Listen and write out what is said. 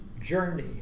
Journey